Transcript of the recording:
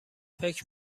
فکر